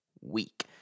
week